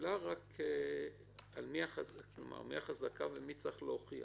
השאלה היא רק על מי החזקה ומי צריך להוכיח.